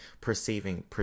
perceiving